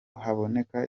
haboneka